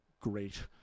great